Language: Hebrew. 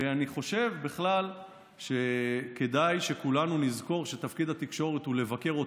ואני חושב שבכלל כדאי שכולנו נזכור שתפקיד התקשורת הוא לבקר אותנו,